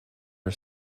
her